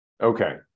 Okay